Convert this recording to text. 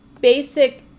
basic –